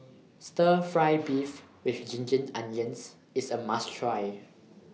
Stir Fry Beef with Ginger Onions IS A must Try